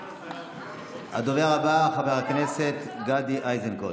הדובר הבא, חבר הכנסת גדי איזנקוט.